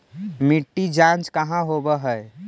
मिट्टी जाँच कहाँ होव है?